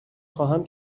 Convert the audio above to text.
خواهم